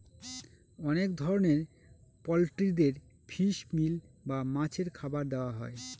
অনেক ধরনের পোল্ট্রিদের ফিশ মিল বা মাছের খাবার দেওয়া হয়